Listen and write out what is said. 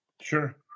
Sure